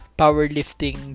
powerlifting